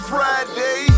Friday